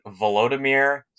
Volodymyr